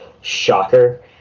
shocker